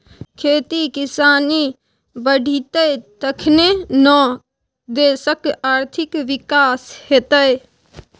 खेती किसानी बढ़ितै तखने न देशक आर्थिक विकास हेतेय